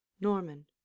norman